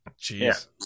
Jeez